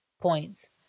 points